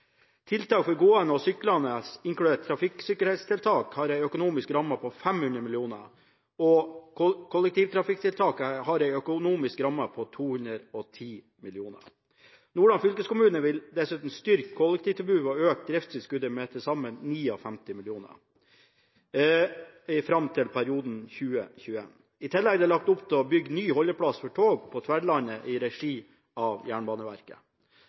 Tiltak for gående og syklende, inkludert trafikksikkerhetstiltak, har en økonomisk ramme på 500 mill. kr, og kollektivtrafikktiltak har en økonomisk ramme på 210 mill. kr. Nordland fylkeskommune vil dessuten styrke kollektivtilbudet ved å øke driftstilskuddet med til sammen 59 mill. kr i perioden fram til 2021. I tillegg er det lagt opp til å bygge ny holdeplass for tog på Tverlandet i regi av Jernbaneverket.